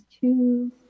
two